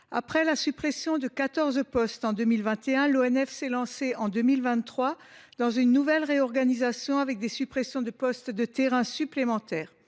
Après la suppression de 14 postes en 2021, l’ONF s’est lancé en 2023 dans une nouvelle réorganisation avec des suppressions de postes de terrain supplémentaires.